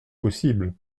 possible